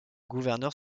gouverneur